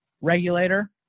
regulator